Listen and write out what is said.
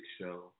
show